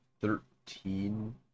thirteen